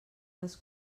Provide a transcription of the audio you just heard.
les